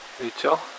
Rachel